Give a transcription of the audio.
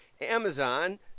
Amazon